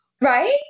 right